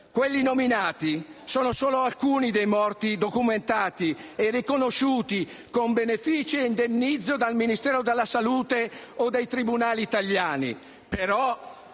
Quelli nominati sono solo alcuni dei morti documentati e riconosciuti con benefici e indennizzi dal Ministero della salute o dai tribunali italiani.